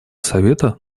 совета